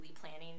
planning